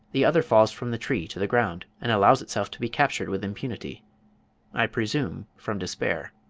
the other falls from the tree to the ground, and allows itself to be captured with impunity i presume from despair.